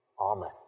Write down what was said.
Amen